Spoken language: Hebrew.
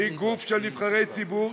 שהיא גוף של נבחרי ציבור,